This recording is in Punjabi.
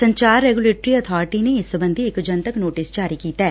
ਸੰਚਾਰ ਰੈਗੁਲੇਟਰੀ ਅਬਾਰਟੀ ਨੇ ਇਸ ਸਬੰਧੀ ਇਕ ਜਨਤਕ ਨੋਟਿਸ ਜਾਰੀ ਕੀਤੈ